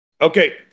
Okay